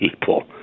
people